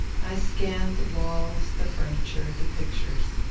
i scanned the walls, the furniture, the pictures.